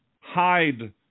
hide